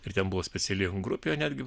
ir ten buvo speciali grupė netgi